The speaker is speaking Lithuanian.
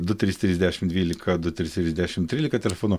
du trys trys dešim dvylika du trys trys dešim trylika telefonu